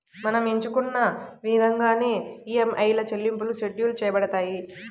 మనం ఎంచుకున్న ఇదంగానే ఈఎంఐల చెల్లింపులు షెడ్యూల్ చేయబడతాయి